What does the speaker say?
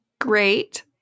great